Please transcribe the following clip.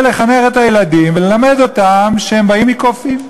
לחנך את הילדים וללמד אותם שהם באים מקופים.